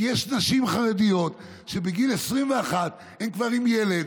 כי יש נשים חרדיות שבגיל 21 הן כבר עם ילד.